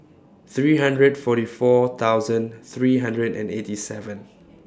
three hundred forty four thousand three hundred and eighty seven